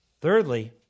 Thirdly